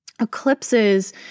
eclipses